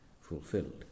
fulfilled